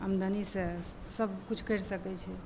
आमदनी से सब किछु करि सकै छै